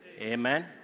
Amen